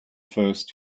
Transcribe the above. first